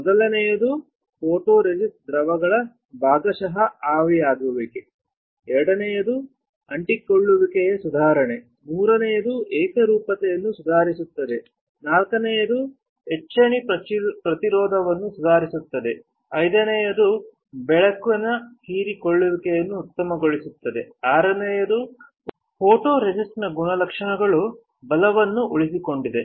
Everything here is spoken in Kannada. ಮೊದಲನೆಯದು ಫೋಟೊರೆಸಿಸ್ಟ್ ದ್ರಾವಕಗಳ ಭಾಗಶಃ ಆವಿಯಾಗುವಿಕೆ ಎರಡನೆಯದು ಅಂಟಿಕೊಳ್ಳುವಿಕೆಯ ಸುಧಾರಣೆ ಮೂರನೆಯದು ಏಕರೂಪತೆಯನ್ನು ಸುಧಾರಿಸುತ್ತದೆ ನಾಲ್ಕನೆಯದು ಎಚ್ರೆಸಿಸ್ಟೆನ್ಸ್ ಅನ್ನು ಸುಧಾರಿಸುತ್ತದೆ ಐದನೆಯದು ಬೆಳಕಿನ ಹೀರಿಕೊಳ್ಳುವಿಕೆಯನ್ನು ಉತ್ತಮಗೊಳಿಸುತ್ತದೆ ಆರನೆಯದು ಫೋಟೊರೆಸಿಸ್ಟ್ನ ಗುಣಲಕ್ಷಣಗಳು ಬಲವನ್ನು ಉಳಿಸಿಕೊಂಡಿದೆ